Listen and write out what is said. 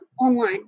online